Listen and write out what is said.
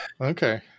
Okay